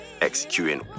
executing